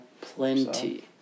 Plenty